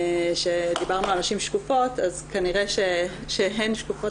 שדיברנו על נשים שקופות אז כנראה שהן שקופות